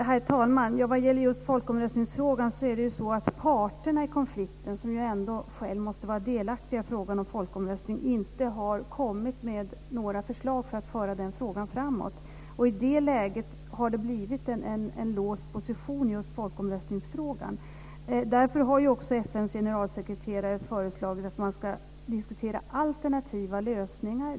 Herr talman! Vad gäller just folkomröstningsfrågan är det så att parterna i konflikten, som ju ändå själva måste vara delaktiga i frågan om en folkomröstning, inte har kommit med några förslag för att föra frågan framåt. I det läget har det blivit en låst position i just folkomröstningsfrågan. Därför har FN:s generalsekreterare föreslagit att man ska diskutera alternativa lösningar.